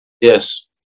Yes